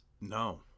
No